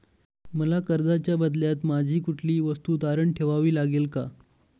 मला कर्जाच्या बदल्यात माझी कुठली वस्तू तारण ठेवावी लागेल का?